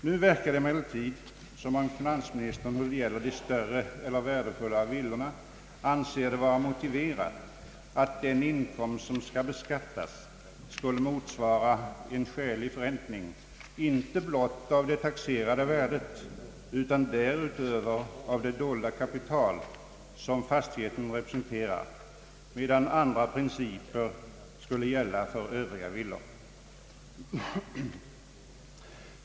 Nu verkar det emellertid som om finansministern då det gäller de större eller värdefullare villorna anser det vara motiverat att den inkomst som skall beskattas skulle motsvara en skälig förräntning, inte blott av det taxerade värdet, utan därutöver av det dolda ka Pital som fastigheten representerar, medan andra principer skulle gälla för övriga villor.